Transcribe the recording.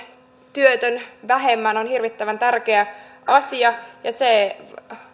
työtön vähemmän on hirvittävän tärkeä asia ja vaikkapa se